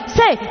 say